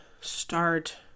start